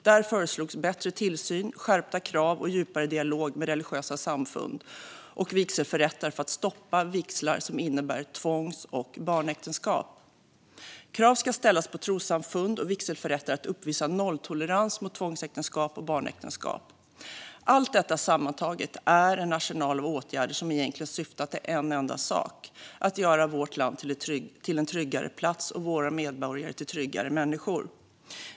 Där föreslogs bättre tillsyn, skärpta krav och djupare dialog med religiösa samfund och vigselförrättare för att stoppa vigslar som innebär tvångs eller barnäktenskap. Krav ska ställas på trossamfund och vigselförrättare att uppvisa nolltolerans mot tvångsäktenskap och barnäktenskap. Allt detta sammantaget utgör en arsenal av åtgärder som egentligen syftar till en enda sak: Att göra vårt land till en tryggare plats och våra medborgare till tryggare människor.